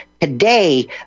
today